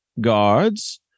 guards